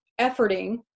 efforting